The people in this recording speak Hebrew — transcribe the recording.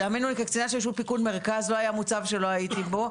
גם במינוי כקצינת שלישות פיקוד מרכז לא היה מוצב שלא הייתי בו,